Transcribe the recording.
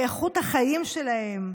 באיכות החיים שלהם,